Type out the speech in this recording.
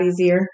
easier